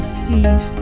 feet